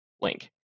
link